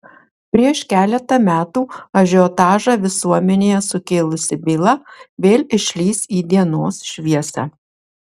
prieš keletą metų ažiotažą visuomenėje sukėlusi byla vėl išlįs į dienos šviesą